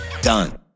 done